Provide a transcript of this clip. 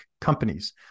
companies